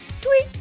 tweet